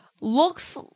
looks